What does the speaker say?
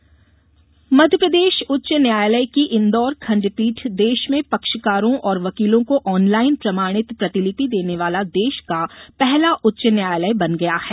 उच्च न्यायालय कम्प्यूटरीकरण मध्यप्रदेष उच्च न्यायालय की इंदौर खंडपीठ देष में पक्षकारों और वकीलों को ऑनलाइन प्रमाणित प्रतिलिपि देने वाला देष का पहला उच्च न्यायालय बन गया है